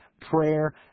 prayer